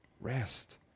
rest